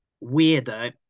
weirder